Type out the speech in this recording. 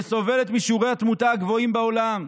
שסובלת משיעורי התמותה הגבוהים בעולם,